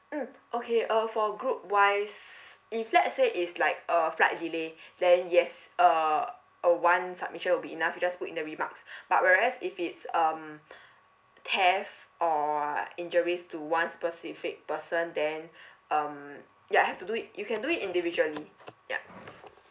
mm okay uh for group wise if let's say is like uh flight delay then yes uh uh one submission would be enough just put in the remarks but whereas if it's um theft or injuries to one specific person then um ya have to do it you can do it individually ya